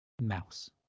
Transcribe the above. mouse